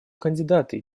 кандидаты